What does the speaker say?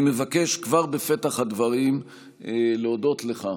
אני מבקש כבר בפתח הדברים להודות לך,